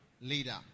leader